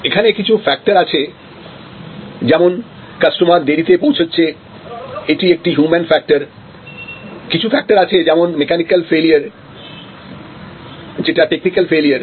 এখানে কিছু ফ্যাক্টর আছে যেমন কাস্টমার দেরিতে পৌঁছচ্ছে এটি একটি হিউম্যান ফ্যাক্টর কিছু ফ্যাক্টর আছে যেমন মেকানিক্যাল ফেলিওর যেটা টেকনিকাল ফেলিওর